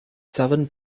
southern